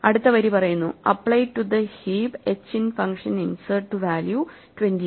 അടുത്ത വരി പറയുന്നു apply to the heap h in function insert to value 28